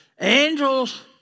Angels